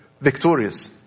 victorious